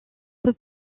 peu